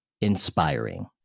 inspiring